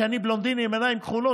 שאני בלונדיני עם עיניים כחולות,